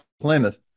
Plymouth